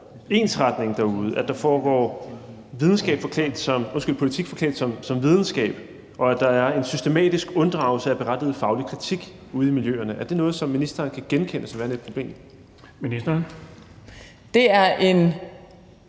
ensretning derude, at der foregår politik forklædt som videnskab, og at der er en systematisk unddragelse af berettiget faglig kritik ude i miljøerne? Er det noget, som ministeren kan genkende som værende et problem? Kl. 14:11